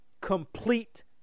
complete